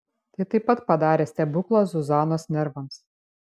tai taip pat padarė stebuklą zuzanos nervams